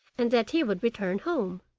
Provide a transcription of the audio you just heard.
and that he would return home.